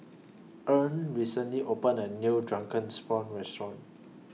Earlean recently opened A New Drunken Prawns Restaurant